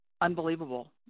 unbelievable